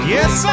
Yes